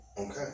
Okay